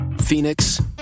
Phoenix